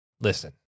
listen